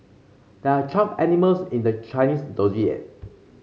there are twelve animals in the Chinese Zodiac